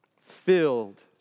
filled